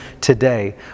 today